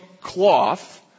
cloth